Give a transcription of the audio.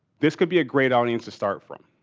this could be a great audience to start from,